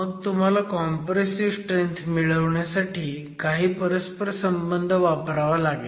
मग तुम्हाला compressive strength मिळवण्यासाठी काही परस्परसंबंध वापरावा लागेल